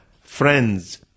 friends